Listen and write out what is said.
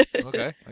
Okay